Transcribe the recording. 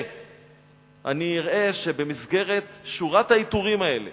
כשאני אראה שבמסגרת שורת העיטורים האלה